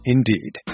Indeed